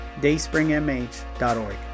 dayspringmh.org